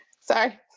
sorry